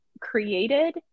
created